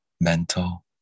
mental